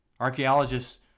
Archaeologists